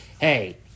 hey